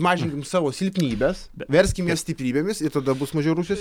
mažinkim savo silpnybes verskimės stiprybėmis ir tada bus mažiau rusijos